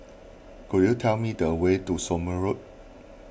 could you tell me the way to Somme Road